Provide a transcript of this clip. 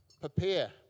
prepare